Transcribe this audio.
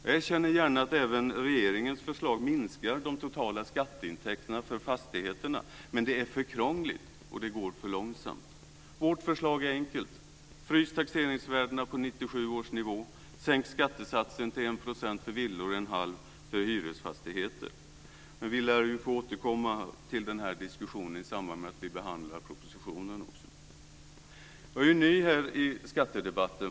Jag erkänner gärna att även med regeringens förslag minskar de totala skatteintäkterna för fastigheterna, men det är för krångligt och går för långsamt. Vårt förslag är enkelt: Frys taxeringsvärdena på 1997 1⁄2 % för hyresfastigheter! Fru talman! Jag är ju ny här i skattedebatten.